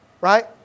right